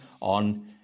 on